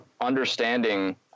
understanding